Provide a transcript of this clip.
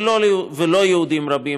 וללא יהודים רבים,